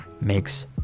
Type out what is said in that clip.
makes